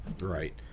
Right